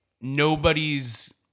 nobody's